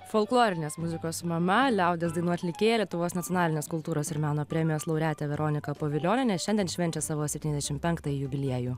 folklorinės muzikos mama liaudies dainų atlikėja lietuvos nacionalinės kultūros ir meno premijos laureatė veronika povilionienė šiandien švenčia savo septyniasdešim penktąjį jubiliejų